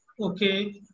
Okay